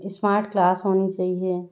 smart class होनी चाहिए